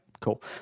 Cool